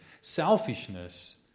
selfishness